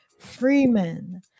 Freeman